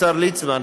השר ליצמן,